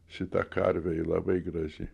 šitą karvę ji labai graži